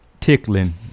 tickling